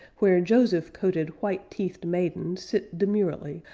where joseph-coated white-teethed maidens sit demurely,